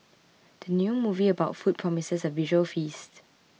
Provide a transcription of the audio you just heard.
the new movie about food promises a visual feast